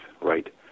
right